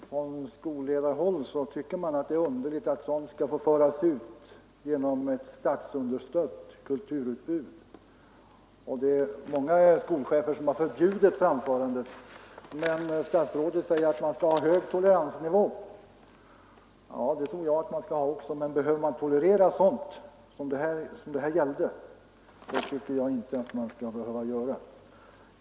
På skolledarhåll finner man det underligt att sådant skall få föras ut genom ett statsunderstött kulturutbud, och det är många skolchefer som har förbjudit framförandet, men statsrådet säger att man skall ha en hög toleransnivå. Ja, det tror jag också, men behöver man tolerera sådant som det här gäller? Det tycker inte jag att man skall behöva göra.